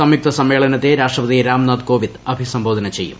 സംയുക്ത സമ്മേളനത്തെ രാഷ്ട്രപതി രാംനാഥ് കോവിന്ദ് അഭിസംബോധന ചെയ്യും